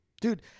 dude